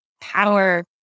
power